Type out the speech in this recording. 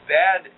bad